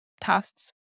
tasks